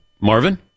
Marvin